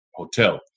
hotel